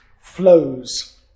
flows